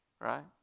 right